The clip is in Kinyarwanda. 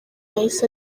yahise